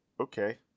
Okay